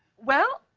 well.